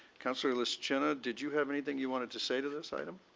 councillor lishchyna, did you have anything you wanted to say to this item?